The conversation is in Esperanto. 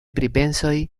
pripensoj